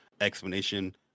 explanation